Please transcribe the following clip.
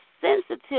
sensitive